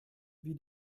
wie